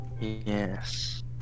Yes